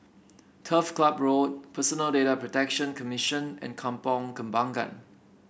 Turf Ciub Road Personal Data Protection Commission and Kampong Kembangan